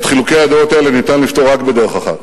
את חילוקי הדעות האלה ניתן לפתור רק בדרך אחת,